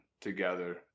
together